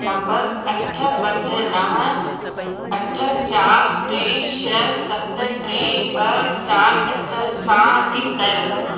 number अठ पंज नव अठ चारि टे छह सत टे ॿ चारि अठ सां गिन कयो